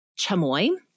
chamoy